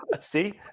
see